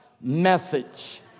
message